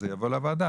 אז זה יבוא לוועדה.